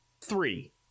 Three